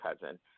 cousin